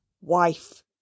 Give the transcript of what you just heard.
wife